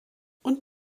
und